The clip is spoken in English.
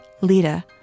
Lita